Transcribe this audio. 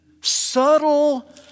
subtle